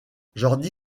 jordi